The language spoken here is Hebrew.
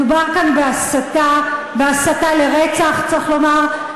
מדובר כאן בהסתה, בהסתה לרצח, צריך לומר.